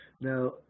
Now